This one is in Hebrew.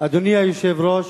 אדוני היושב-ראש,